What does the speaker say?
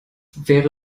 wäre